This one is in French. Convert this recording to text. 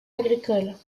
agricole